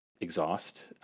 Exhaust